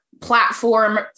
platform